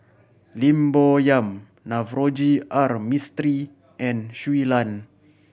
Lim Bo Yam Navroji R Mistri and Shui Lan